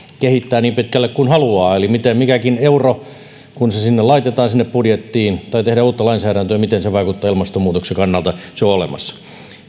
kehittää niin pitkälle kuin haluaa eli miten mikäkin euro joka budjettiin laitetaan vaikuttaa tai kun tehdään uutta lainsäädäntöä miten se vaikuttaa ilmastonmuutoksen kannalta se työväline on olemassa